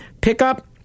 pickup